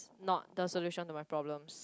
not the solution to my problems